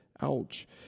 Ouch